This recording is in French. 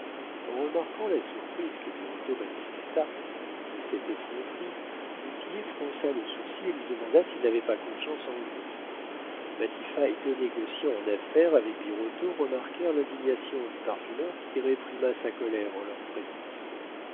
remarquant la surprise que birotteau manifesta de cette effronterie du tillet fronça le sourcil et lui demanda s'il n'avait pas confiance en lui matifat et deux négociants en affaires avec birotteau remarquèrent l'indignation du parfumeur qui réprima sa colère en leur présence